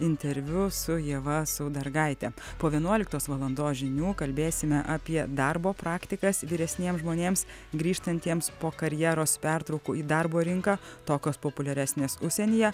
interviu su ieva saudargaite po vienuoliktos valandos žinių kalbėsime apie darbo praktikas vyresniems žmonėms grįžtantiems po karjeros pertraukų į darbo rinką tokios populiaresnės užsienyje